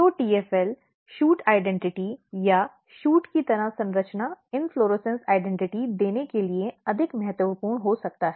तो TFL shoot पहचान या शूट की तरह संरचना इन्फ्लोरेसन्स पहचान देने के लिए अधिक महत्वपूर्ण हो सकता है